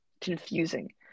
confusing